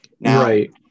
right